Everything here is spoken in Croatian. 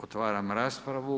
Otvaram raspravu.